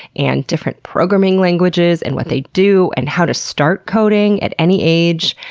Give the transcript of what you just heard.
and different programming languages, and what they do, and how to start coding at any age,